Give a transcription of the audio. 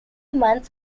months